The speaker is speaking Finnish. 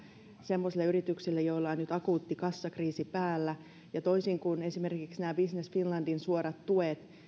semmoisille yrityksille joilla on nyt akuutti kassakriisi päällä toisin kuin esimerkiksi nämä business finlandin suorat tuet